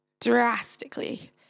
drastically